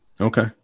Okay